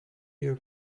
you